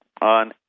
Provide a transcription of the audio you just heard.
on